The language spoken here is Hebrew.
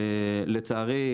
לצערי,